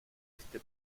este